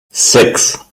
six